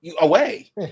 away